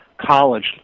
college